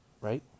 right